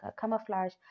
camouflage